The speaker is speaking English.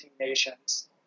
nations